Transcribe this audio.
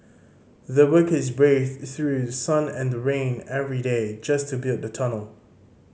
the workers braved through sun and rain every day just to build the tunnel